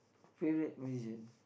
favourite musician